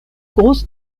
grosse